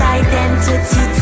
identity